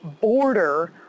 border